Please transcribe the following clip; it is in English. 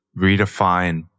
redefine